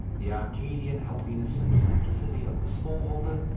the arcadian healthiness and simplicity of the small holder,